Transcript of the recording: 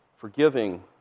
forgiving